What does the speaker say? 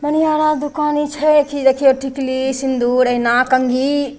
मनिहारा दोकान ई छै कि देखियौ टिकली सिंदूर अइना कंघी